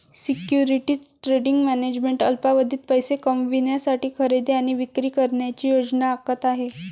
securities trading management अल्पावधीत पैसे कमविण्यासाठी खरेदी आणि विक्री करण्याची योजना आखत आहे